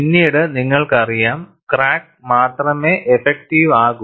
പിന്നീട് നിങ്ങൾക്കറിയാം ക്രാക്ക് മാത്രമേ ഇഫക്റ്റീവ് ആകൂ